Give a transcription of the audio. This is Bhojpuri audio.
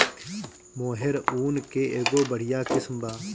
मोहेर ऊन के एगो बढ़िया किस्म बा